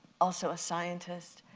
also a scientist.